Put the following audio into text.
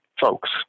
folks